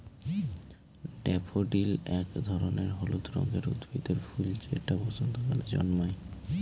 daffodil এক ধরনের হলুদ রঙের উদ্ভিদের ফুল যেটা বসন্তকালে জন্মায়